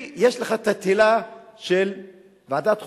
יש לך את התהילה של ועדת החוקה,